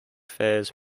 fairs